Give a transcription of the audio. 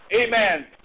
Amen